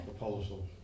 proposal